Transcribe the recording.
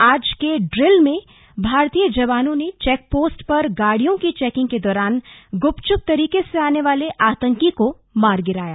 आज के ड्रिल में भारतीय जवानों ने चौक पोस्ट पर गाड़ियों की चेकिंग के दौरान गुपचुप तरीके से आने वाले आतंकी को मार गिराया